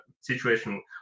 situation